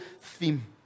theme